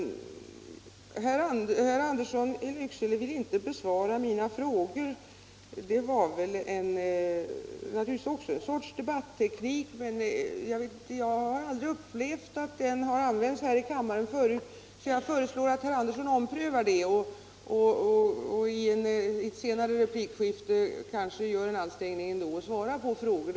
Herr Andersson vill inte besvara mina frågor. Det är naturligtvis också en sorts debatteknik, men jag har aldrig upplevt att den har använts här i kammaren förut. Jag föreslår att herr Andersson omprövar det och i ett senare replikskifte gör en ansträngning att svara på frågorna.